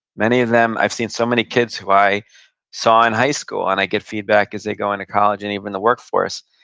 many of them, i've seen so many kids who i saw in high school, and i get feedback as they go into college, and even the workforce.